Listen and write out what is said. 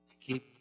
Keep